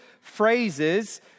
phrases